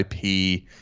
IP